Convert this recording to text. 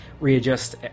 readjust